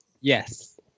Yes